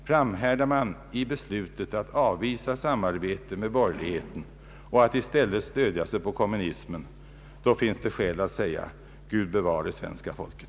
Framhärdar man i beslutet att avvisa samarbete med borgerligheten och i stället stödja sig på kommunismen, då finns det skäl att säga: Gud bevare svenska folket!